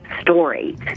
story